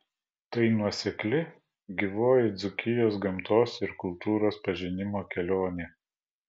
tai nuosekli gyvoji dzūkijos gamtos ir kultūros pažinimo kelionė